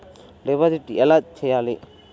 Deposit ఎలా చెయ్యాలి?